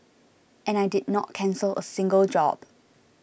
and I did not cancel a single job